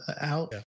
out